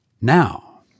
Now